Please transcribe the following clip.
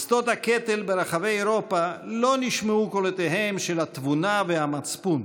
בשדות הקטל ברחבי אירופה לא נשמעו קולותיהם של התבונה והמצפון.